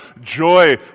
joy